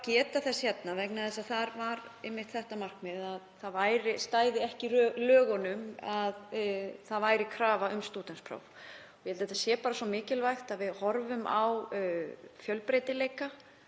geta þess hér vegna þess að þar var einmitt markmiðið að það stæði ekki í lögunum að það væri krafa um stúdentspróf. Ég held að það sé bara svo mikilvægt að við horfum á fjölbreytileika